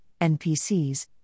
NPCs